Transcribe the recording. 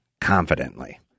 confidently